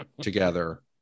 together